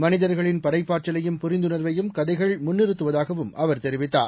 மனிதர்களின் படைப்பாற்றலையும் புரிந்துணர்வையும் கதைகள் முன்நிறத்துவதாகவும் அவர் தெரிவித்தாா